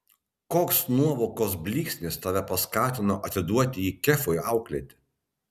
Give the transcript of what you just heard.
koks nuovokos blyksnis tave paskatino atiduoti jį kefui auklėti